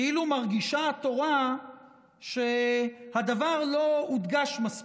כאילו מרגישה התורה שהדבר לא הודגש מספיק.